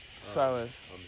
Silence